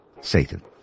Satan